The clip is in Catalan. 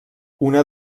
una